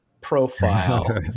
profile